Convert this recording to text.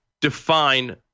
Define